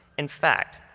in fact,